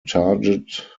target